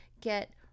get